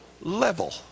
level